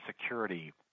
security